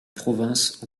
province